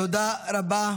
תודה רבה.